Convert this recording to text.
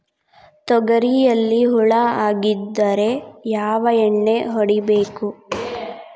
ತೊಗರಿಯಲ್ಲಿ ಹುಳ ಆಗಿದ್ದರೆ ಯಾವ ಎಣ್ಣೆ ಹೊಡಿಬೇಕು?